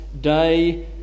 day